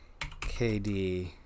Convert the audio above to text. KD